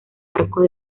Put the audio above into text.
arcos